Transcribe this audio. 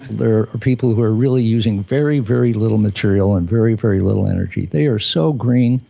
there are people who are really using very, very little material and very, very little energy. they are so green.